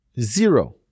Zero